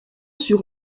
sur